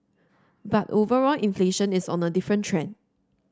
but overall inflation is on a different trend